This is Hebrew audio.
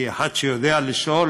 כי אחד שיודע לשאול,